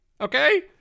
Okay